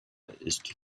ist